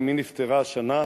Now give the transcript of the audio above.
אמי נפטרה השנה,